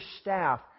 staff